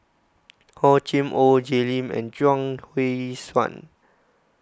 Hor Chim or Jay Lim and Chuang Hui Tsuan